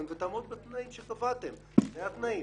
ותעמוד בתנאים שקבעתם; אלה התנאים,